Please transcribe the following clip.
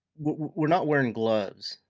we're not wearing gloves,